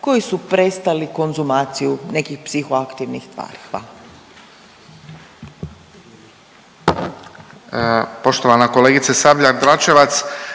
koji su prestali konzumaciju nekih psihoaktivnih tvari? Hvala.